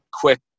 quick